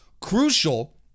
crucial